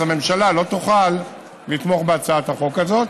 הממשלה לא תוכל לתמוך בהצעת החוק הזאת,